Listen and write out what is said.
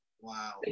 wow